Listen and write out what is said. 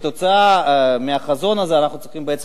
וכתוצאה מהחזון הזה אנחנו צריכים בעצם